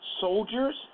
soldiers